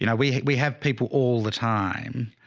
you know we, we have people all the time